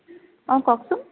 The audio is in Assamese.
অ' কওকচোন